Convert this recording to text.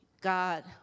God